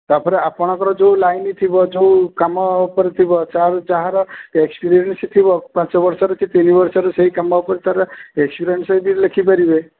ତା'ପରେ ଆପଣଙ୍କର ଯେଉଁ ଲାଇନ୍ ଥିବ ଯେଉଁ କାମ ଉପରେ ଥିବ ଯାହାର ଯାହର ଏକ୍ସପେରିଏନ୍ସ୍ ଥିବ ପାଞ୍ଚବର୍ଷର କି ତିନିବର୍ଷର ସେହି କାମ ଉପରେ ତା'ର ଏକ୍ସପେରିଏନ୍ସ୍ ଯଦି ଲେଖିପାରିବେ